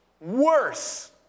Worse